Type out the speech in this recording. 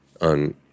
on